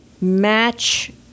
match